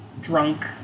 drunk